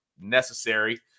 necessary